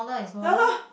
ya lor